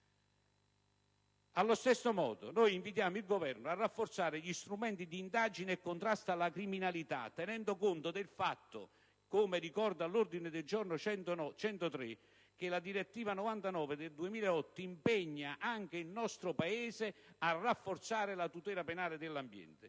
Allo stesso modo, invitiamo il Governo a rafforzare gli strumenti di indagine e contrasto alla criminalità, tenendo conto del fatto, come ricorda l'ordine del giorno G103, che la direttiva 2008/99/CE impegna anche il nostro Paese a rafforzare la tutela penale dell'ambiente.